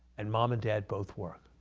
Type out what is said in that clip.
and mom and dad both work.